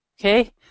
okay